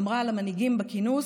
אמרה למנהיגים בכינוס,